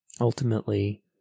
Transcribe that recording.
ultimately